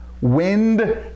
Wind